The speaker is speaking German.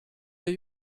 der